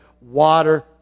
Water